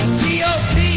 top